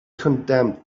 condemned